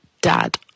dad